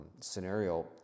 scenario